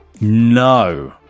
No